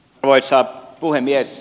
arvoisa puhemies